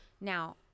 Now